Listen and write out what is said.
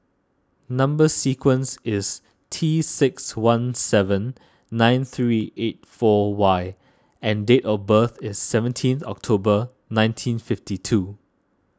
Number Sequence is T six one seven nine three eight four Y and date of birth is seventeen October nineteen fifty two